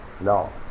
No